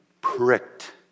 pricked